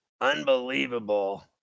Unbelievable